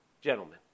Gentlemen